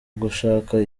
gushaka